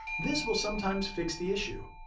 this will sometimes fix the issue.